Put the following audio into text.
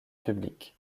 publiques